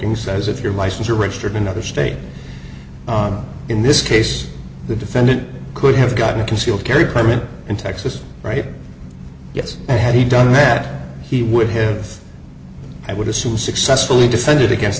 king says if your license are registered another state in this case the defendant could have gotten a concealed carry permit in texas right yes and had he done that he would have i would assume successfully defended against